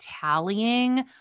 tallying